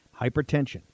hypertension